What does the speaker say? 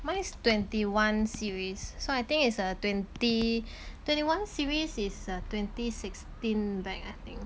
mine is twenty one series so I think is a twenty twenty one series is a twenty sixteen bag I think